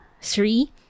Three